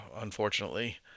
unfortunately